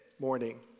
morning